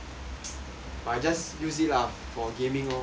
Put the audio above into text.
but I just use it lah for gaming orh